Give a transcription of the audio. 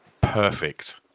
perfect